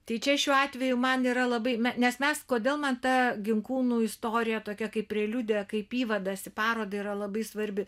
tai čia šiuo atveju man yra labai ne nes mes kodėl man ta ginkūnų istorija tokia kaip preliudija kaip įvadas į parodą yra labai svarbi